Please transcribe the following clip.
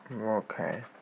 Okay